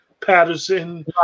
Patterson